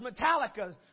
Metallica